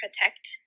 protect